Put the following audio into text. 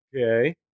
Okay